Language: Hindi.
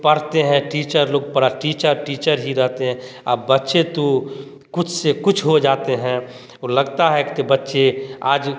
पढ़ते हैं टीचर लोग टीचर टीचर ही रहते हैं आप बच्चे तो कुछ से कुछ हो जाते हैं लगता है कि बच्चे आज